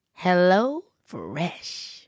HelloFresh